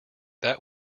that